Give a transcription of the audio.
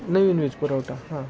नवीन वीज पुरवठा हां